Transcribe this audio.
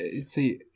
See